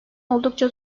oldukça